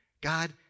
God